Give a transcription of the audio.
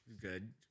Good